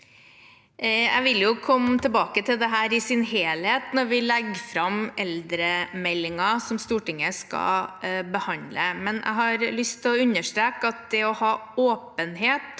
Jeg vil komme tilbake til dette i sin helhet når vi legger fram eldremeldingen Stortinget skal behandle. Jeg har lyst til å understreke at det å ha åpenhet